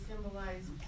symbolize